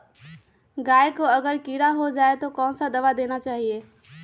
गाय को अगर कीड़ा हो जाय तो कौन सा दवा देना चाहिए?